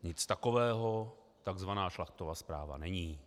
Nic takového tzv. Šlachtova zpráva není.